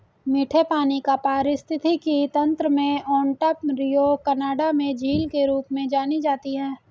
मीठे पानी का पारिस्थितिकी तंत्र में ओंटारियो कनाडा में झील के रूप में जानी जाती है